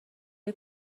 های